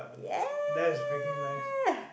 ya